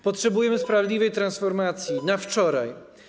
Potrzebujemy sprawiedliwej transformacji, na wczoraj.